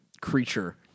creature